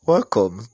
Welcome